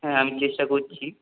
হ্যাঁ আমি চেষ্টা করছি